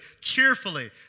cheerfully